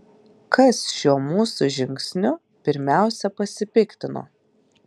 kas šiuo mūsų žingsniu pirmiausia pasipiktino